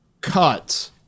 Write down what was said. cut